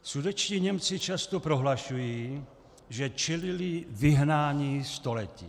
Sudetští Němci často prohlašují, že čelili vyhnání století.